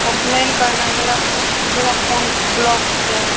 complain करना है मेरा मेरा फ़ोन को ब्लॉक हो गया है